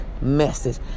message